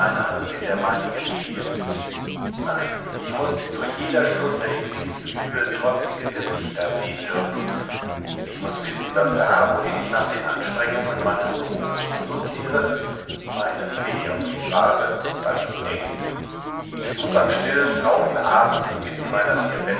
hand in der meinigen behielt nein ich muß zu jeder stunde in dies liebe trotzige gesicht da sehen dürfen ich muß wissen daß da wohin ich nach den anstrengungen meines berufes zurückkehre meine fee auf mich wartet und an mich denkt ich muß am stillen trauten abend inmitten